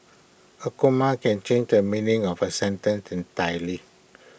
A comma can change the meaning of A sentence entirely